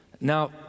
Now